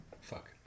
Fuck